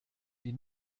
die